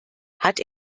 hat